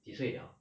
几岁 liao